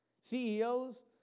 CEOs